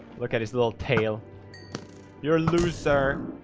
look at his little tail your loser.